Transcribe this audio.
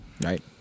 Right